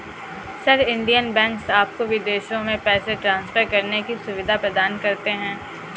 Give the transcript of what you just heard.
sir, Indian banks आपको विदेशों में पैसे ट्रान्सफर करने की सुविधा प्रदान करते हैं